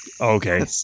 Okay